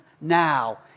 now